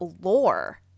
lore